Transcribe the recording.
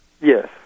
Yes